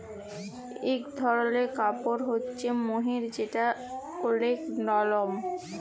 ইক ধরলের কাপড় হ্য়চে মহের যেটা ওলেক লরম